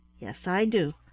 yes, i do.